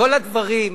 כל הדברים,